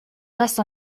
rest